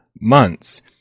months